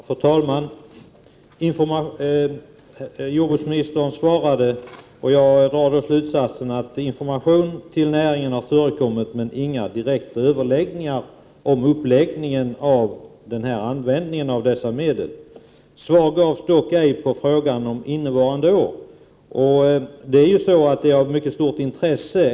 Fru talman! Av jordbruksministerns svar drar jag den slutsatsen att information till näringen har förekommit men att det inte varit några direkta överläggningar om hur man skall använda dessa medel. Svar gavs dock ej på frågan som gällde innevarande år.